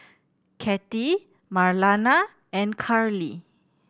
Kathey Marlana and Karlie